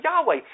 Yahweh